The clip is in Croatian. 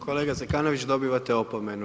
Kolega Zekanović, dobivate opomenu.